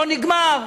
לא נגמר.